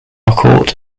court